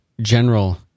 general